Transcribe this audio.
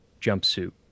jumpsuit